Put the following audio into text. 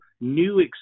new